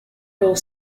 rule